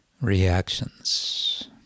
reactions